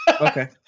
Okay